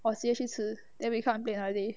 or 直接去吃 then we come and play another day